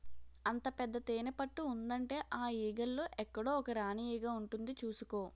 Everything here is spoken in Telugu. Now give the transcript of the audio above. అంత పెద్ద తేనెపట్టు ఉందంటే ఆ ఈగల్లో ఎక్కడో ఒక రాణీ ఈగ ఉంటుంది చూసుకో